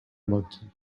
monkey